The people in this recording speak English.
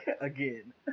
Again